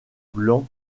blanc